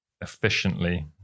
efficiently